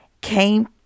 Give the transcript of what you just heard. came